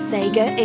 Sega